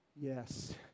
yes